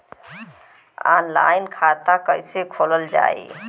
Online खाता कईसे खोलल जाई?